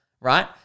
Right